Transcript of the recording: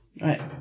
Right